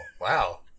wow